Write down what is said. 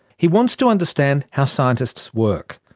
he wants to understand how scientists work.